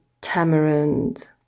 tamarind